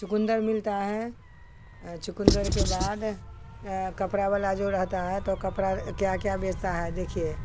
चुकन्दर मिलता है चुकन्दर के बाद कपड़ा वाला जो रहता है तो कपड़ा क्या क्या बेचता है देखिए